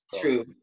true